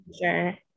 sure